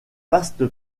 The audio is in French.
vaste